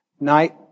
Night